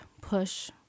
push